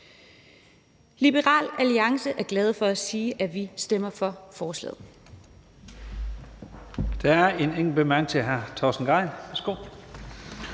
Liberal Alliance er glade for at sige, at vi stemmer for forslaget.